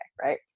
right